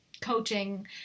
coaching